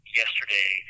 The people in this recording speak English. yesterday